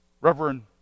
Reverend